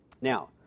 Now